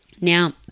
Now